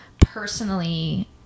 personally